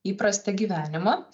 įprastą gyvenimą